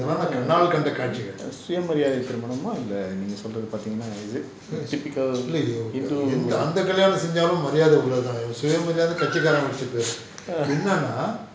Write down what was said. சுய மரியாதை திருமணமா இல்ல நீங்க சொல்றத பார்த்த:suya mariyathai thirumanamaa illa neenga solratha paartha typical hindu